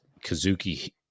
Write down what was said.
Kazuki